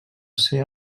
ser